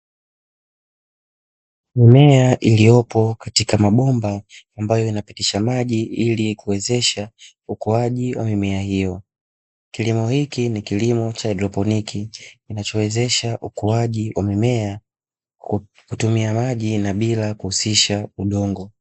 Mimea iliyopo katika mabomba ambayo inapitisha maji ili kuwezesha ukuaji wa mimea hiyo. Kilimo hiki ni kilimo cha haidroponiki kinachowezesha ukuaji wa mimea kwa kutumia maji na bila kuhusisha udongo.